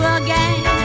again